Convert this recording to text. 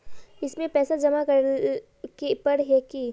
इसमें पैसा जमा करेला पर है की?